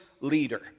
leader